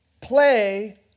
play